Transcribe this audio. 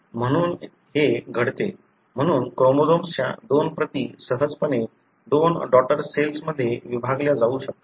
म्हणून हे घडते म्हणून क्रोमोझोम्सच्या दोन प्रती सहजपणे दोन डॉटर सेल्स मध्ये विभागल्या जाऊ शकतात